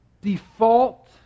default